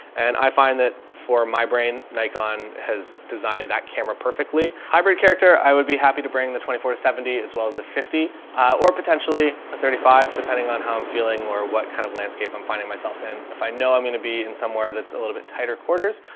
and i find that for my brain, nikon has designed that camera perfectly hybrid character. i would be happy to bring the twenty four to seventy as well as the fifty a or potentially a thirty five depending on how i'm feeling or what kind of landscape i'm finding myself in. if i know i'm going to be in somewhere that's a little bit tighter quarters,